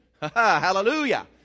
Hallelujah